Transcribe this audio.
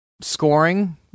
Scoring